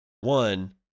One